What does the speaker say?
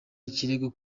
ikirego